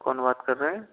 कौन बात कर रहे हैं